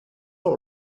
all